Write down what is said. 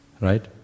right